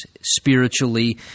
spiritually